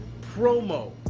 promo